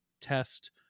test